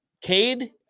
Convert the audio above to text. Cade